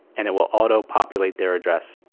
and it will auto-populate their address.